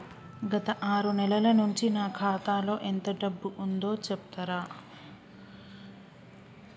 గత ఆరు నెలల నుంచి నా ఖాతా లో ఎంత డబ్బు ఉందో చెప్తరా?